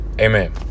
Amen